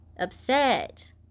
upset